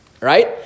right